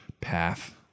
path